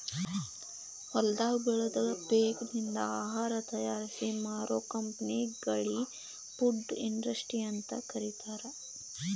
ಹೊಲದಾಗ ಬೆಳದ ಪೇಕನಿಂದ ಆಹಾರ ತಯಾರಿಸಿ ಮಾರೋ ಕಂಪೆನಿಗಳಿ ಫುಡ್ ಇಂಡಸ್ಟ್ರಿ ಅಂತ ಕರೇತಾರ